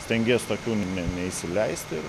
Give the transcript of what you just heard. stengies tokių ne neįsileist ir